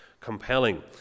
compelling